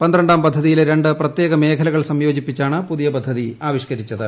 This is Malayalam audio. പന്ത്രണ്ടാം പദ്ധതിയിലെ രണ്ട് പ്രത്യേക മേഖലകൾ സംയോജിപ്പിച്ചാണ് പുതിയ പദ്ധതി ആവിഷ്ക്കരിച്ചത്